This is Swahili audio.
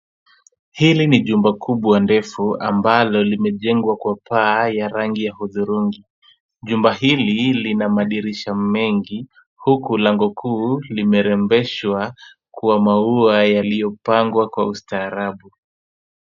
Hili ni jumba kubwa ndefu ambalo limejengwa kwa paa ya rangi ya hudhurungi. Jumba hili lina madirisha mengi, huku lango kuu limerembeshwa kwa maua yaliyopangwa kwa ustaarabu.